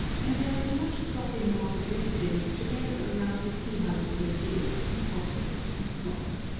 and there is much stopping among pedestrians to gather around the tea-house braziers and gossip and smoke.